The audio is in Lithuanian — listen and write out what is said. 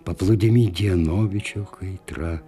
paplūdimy dienovidžio kaitra